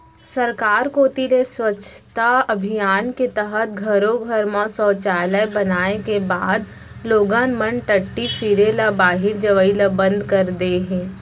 सरकार कोती ले स्वच्छता अभियान के तहत घरो घर म सौचालय बनाए के बाद लोगन मन टट्टी फिरे ल बाहिर जवई ल बंद कर दे हें